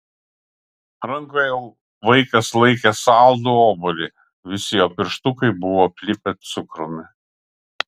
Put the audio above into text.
rankoje vaikas laikė saldų obuolį visi jo pirštukai buvo aplipę cukrumi